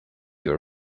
your